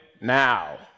now